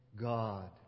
God